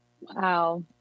Wow